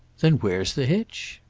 then where's the hitch?